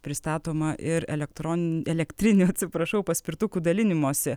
pristatoma ir elektron elektrinių atsiprašau paspirtukų dalinimosi